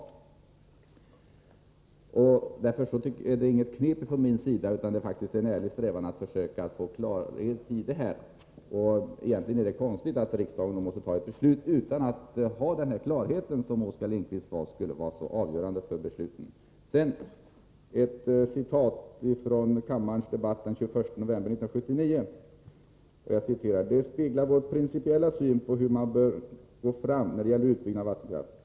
Det är här inte fråga om något knep från min sida, utan jag har faktiskt en ärlig strävan att försöka få klarhet i det här. Egentligen är det konstigt att riksdagen måste fatta beslut utan att ha fått den klarhet som Oskar Lindkvist sade skulle vara avgörande för ett beslut. Sedan ett citat från kammardebatten den 21 november 1979 angående Sölvbackaströmmarna: ”Det speglar vår principiella syn på hur man bör gå fram när det gäller utbyggnad av vattenkraft.